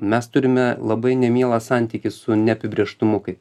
mes turime labai nemielą santykį su neapibrėžtumu kaip